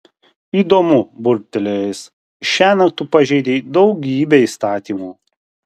įdomu burbtelėjo jis šiąnakt tu pažeidei daugybę įstatymų